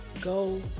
go